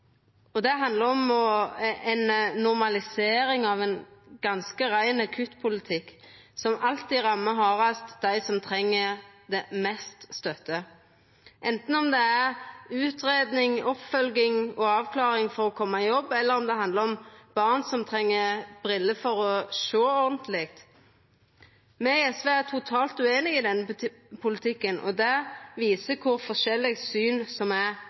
for. Det handlar om ei normalisering av ein ganske rein kuttpolitikk, som alltid rammar hardast dei som treng mest støtte, anten det er utgreiing, oppfølging og avklaring for å koma i jobb, eller det handlar om barn som treng briller for å sjå ordentleg. Me i SV er totalt ueinige i denne politikken, og det viser kor forskjellig